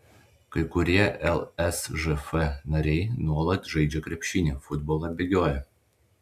kai kurie lsžf nariai nuolat žaidžia krepšinį futbolą bėgioja